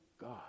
God